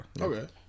Okay